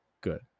Good